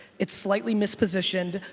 it's slightly mispositioned.